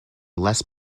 less